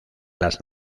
las